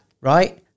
Right